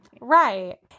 Right